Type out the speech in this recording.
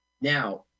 Now